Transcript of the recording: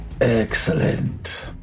Excellent